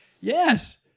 yes